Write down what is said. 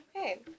Okay